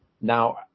Now